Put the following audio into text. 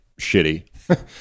shitty